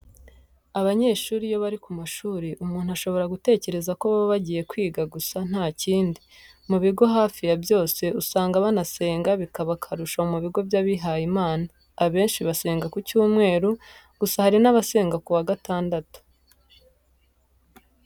Abanyeshuri iyo bari ku mashuri, umuntu ashobora gutekereza ko baba bagiye kwiga gusa nta kindi. Mu bigo hafi ya byose usanga banasenga bikaba akarusho mu bigo by'abihayimana. Abenshi basenga ku cyumweru, gusa hari n'abasenga ku wa gatandatu.